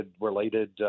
related